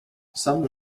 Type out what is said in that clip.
some